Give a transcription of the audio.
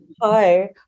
Hi